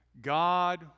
God